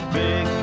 big